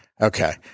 Okay